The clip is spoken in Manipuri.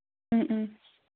ꯎꯝ ꯎꯝ